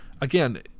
again